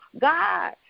God